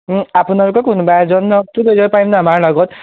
আপোনালোকৰ কোনোবা এজনকতো লৈ যাব পাৰিম ন আমাৰ লগত